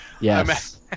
Yes